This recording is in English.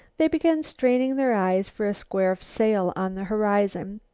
they began straining their eyes for a square sail on the horizon.